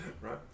right